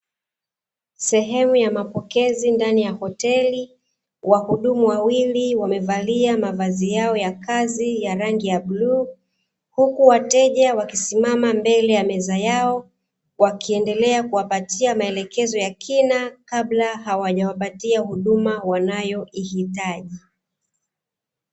Sehemu ya mapokezi ndani ya hoteli, wahudumu wawili wamevalia mavazi yao ya kazi ya rangi bluu, huku wateja wakisimama mbele ya meza yao, wakiendelea kuwapatia maelezo ya kina kabla hawaja wapatia huduma wanayo ihitaji.